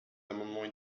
amendements